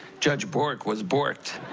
judge bork was borked.